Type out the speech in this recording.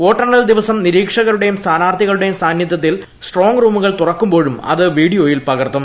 വോട്ടെണ്ണൽ ദിവസം നിരീക്ഷകരുടെയും സ്ഥാനാർത്ഥികളുടെയും സാന്നിദ്ധ്യത്തിൽ സ്ട്രോംങ് റൂമുകൾ തുറക്കുമ്പോഴും അത് വീഡിയോയിൽ പകർത്തും